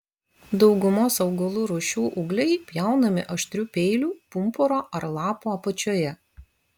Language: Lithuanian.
daugumos augalų rūšių ūgliai pjaunami aštriu peiliu pumpuro ar lapo apačioje